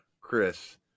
Chris